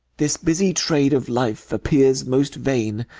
this busy trade of life appears most vain,